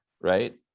right